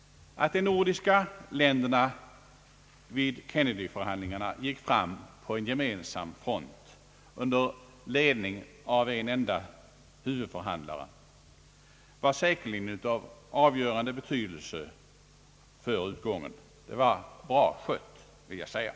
— Att de nordiska länderna vid Kennedyförhandlingarna gick fram på en gemensam front under ledning av en enda huvudförhandlare, var säkerligen av avgörande betydelse för utgången. Det var bra skött, vill jag säga.